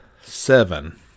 seven